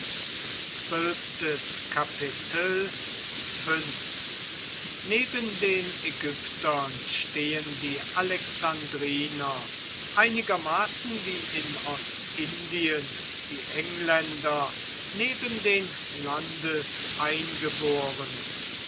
neben den ägyptern stehen die alexandriner einigermaßen wie in ostindien die engländer neben den